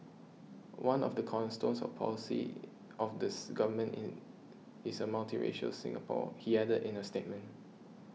one of the cornerstones of policy of this Government in is a multiracial Singapore he added in a statement